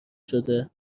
شده